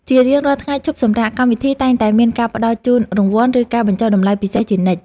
ជារៀងរាល់ថ្ងៃឈប់សម្រាកកម្មវិធីតែងតែមានការផ្ដល់ជូនរង្វាន់ ឬការបញ្ចុះតម្លៃពិសេសជានិច្ច។